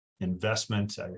investment